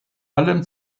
allem